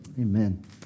Amen